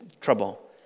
trouble